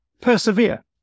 persevere